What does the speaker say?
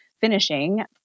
finishing